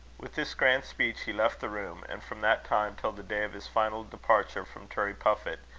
with this grand speech he left the room, and from that time till the day of his final departure from turriepuffit,